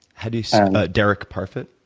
how do you derek parfit?